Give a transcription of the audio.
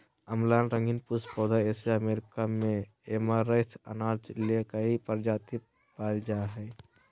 अम्लान रंगीन पुष्प पौधा एशिया अमेरिका में ऐमारैंथ अनाज ले कई प्रजाति पाय जा हइ